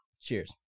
Cheers